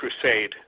crusade